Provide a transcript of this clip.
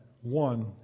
One